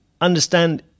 understand